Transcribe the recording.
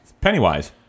Pennywise